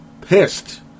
pissed